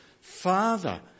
Father